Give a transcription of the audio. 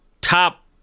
top